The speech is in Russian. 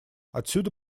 отсюда